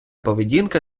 поведінка